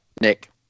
Nick